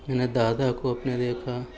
میں نے دادا کو اپنے دیکھا